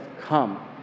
come